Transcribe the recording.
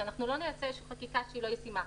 כי אנחנו לא נייצר איזושהי חקיקה שאינה ישימה.